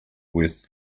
worth